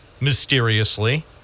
mysteriously